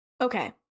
Okay